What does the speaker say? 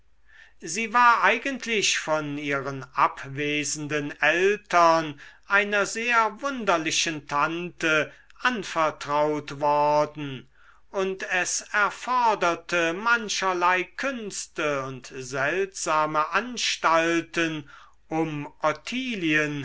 sie war eigentlich von ihren abwesenden eltern einer sehr wunderlichen tante anvertraut worden und es erforderte mancherlei künste und seltsame anstalten um